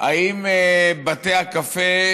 האם בתי הקפה